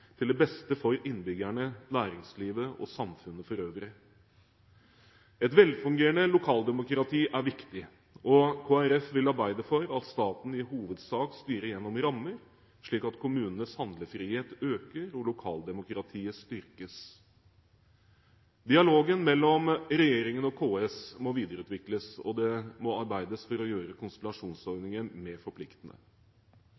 fortrinn til beste for innbyggerne, næringslivet og samfunnet for øvrig. Et velfungerende lokaldemokrati er viktig. Kristelig Folkeparti vil arbeide for at staten i hovedsak styrer gjennom rammer, slik at kommunenes handlefrihet øker og lokaldemokratiet styrkes. Dialogen mellom regjeringen og KS må videreutvikles, og det må arbeides for å gjøre